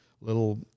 little